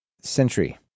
Century